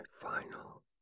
final